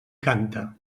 canta